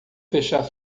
fechar